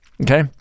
okay